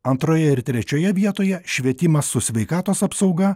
antroje ir trečioje vietoje švietimas su sveikatos apsauga